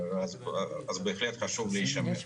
בהחלט חשוב להישמר.